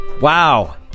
Wow